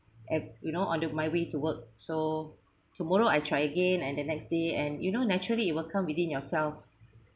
and you know on the my way to work so tomorrow I try again and the next day and you know naturally it will come within yourself